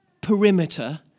perimeter